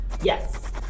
Yes